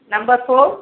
number four